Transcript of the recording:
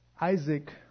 Isaac